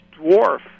dwarf